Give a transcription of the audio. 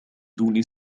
دون